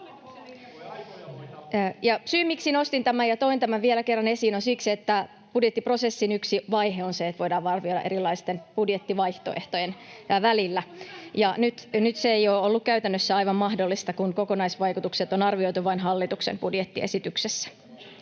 Syy, miksi nostin tämän ja toin tämän vielä kerran esiin, on se, että budjettiprosessin yksi vaihe on se, että voidaan arvioida erilaisten budjettivaihtoehtojen välillä ja nyt se ei ole ollut käytännössä aivan mahdollista, kun kokonaisvaikutukset on arvioitu vain hallituksen budjettiesityksessä.